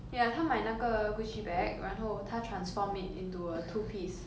ya 她买那个 gucci bag 然后她 transform it into a two piece